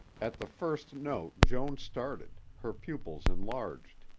at the first note joan started, her pupils enlarged,